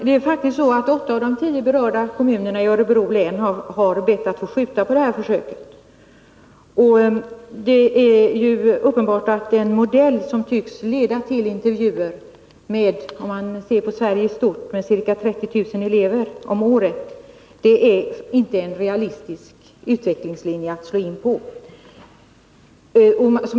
Herr talman! Åtta av de tio berörda kommunerna i Örebro län har faktiskt bett att få skjuta på det här försöket. Det är uppenbart att den modell som tycks leda till intervjuer med — om man räknar med hela Sverige — ca 30 000 elever om året inte är en realistisk utvecklingslinje.